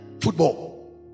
football